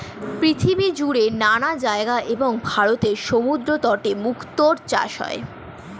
পৃথিবীজুড়ে নানা জায়গায় এবং ভারতের সমুদ্রতটে মুক্তার চাষ হয়